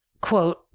quote